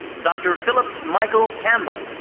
dr. philip michael campbell.